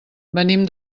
venim